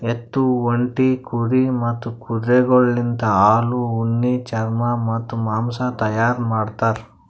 ಎತ್ತು, ಒಂಟಿ, ಕುರಿ ಮತ್ತ್ ಕುದುರೆಗೊಳಲಿಂತ್ ಹಾಲು, ಉಣ್ಣಿ, ಚರ್ಮ ಮತ್ತ್ ಮಾಂಸ ತೈಯಾರ್ ಮಾಡ್ತಾರ್